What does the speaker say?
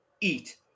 eat